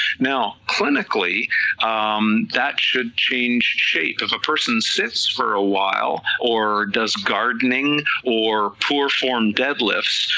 now clinically um that should change shape, if a person sits for a while, or does gardening, or poor form deadlifts,